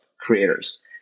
creators